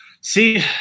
See